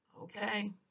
Okay